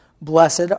Blessed